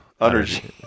energy